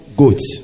goats